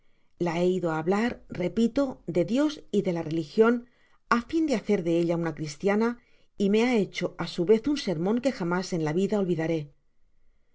la he ido á hablar repito de dios y de la religion á fin de hacer de ella una cristiana y me ha hecho á su vez un sermon que jamás en la vida olvidaré